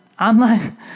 Online